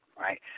right